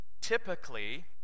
Typically